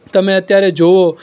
તમે અત્યારે જોવો